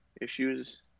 Issues